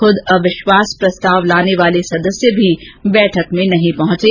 खूद अविश्वास प्रस्ताव लाने वाले सदस्य भी बैठक में नहीं पहुंचे